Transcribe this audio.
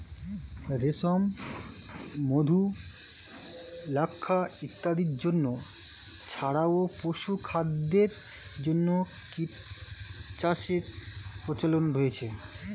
রেশম, মধু, লাক্ষা ইত্যাদির জন্য ছাড়াও পশুখাদ্যের জন্য কীটচাষের প্রচলন রয়েছে